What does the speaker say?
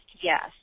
yes